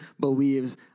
believes